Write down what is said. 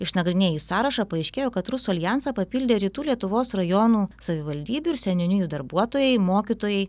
išnagrinėjus sąrašą paaiškėjo kad rusų aljansą papildė rytų lietuvos rajonų savivaldybių ir seniūnijų darbuotojai mokytojai